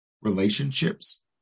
relationships